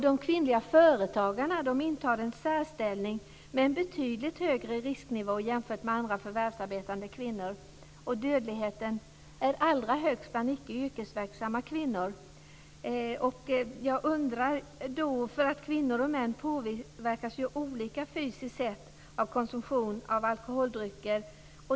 De kvinnliga företagarna intar en särställning med en betydligt högre risknivå än andra förvärvsarbetande kvinnor. Dödligheten är allra högst bland icke yrkesverksamma kvinnor. Kvinnor och män påverkas olika, fysiskt sett, av konsumtion av alkoholdrycker.